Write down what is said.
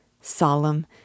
solemn